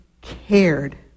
cared